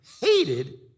hated